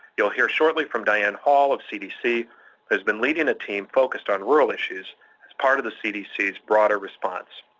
you'll hear shortly from diane hall of cdc who has been leading a team focused on rural issues as part of the cdc's broader response.